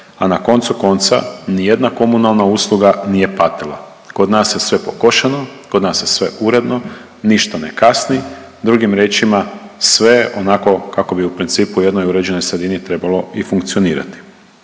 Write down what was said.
a na koncu konca, nijedna komunalna usluga nije patila. Kod nas je sve pokošeno, kod nas je sve uredno, ništa ne kasni, drugim riječima, sve je onako kako bi u principu u jednoj uređenoj sredini trebalo i funkcionirati.